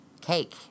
Cake